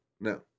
No